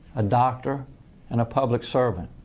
a doctor and a public servant.